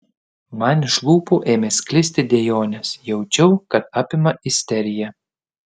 man iš lūpų ėmė sklisti dejonės jaučiau kad apima isterija